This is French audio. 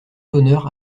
d’honneur